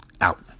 out